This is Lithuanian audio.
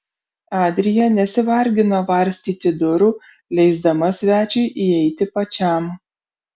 adrija nesivargino varstyti durų leisdama svečiui įeiti pačiam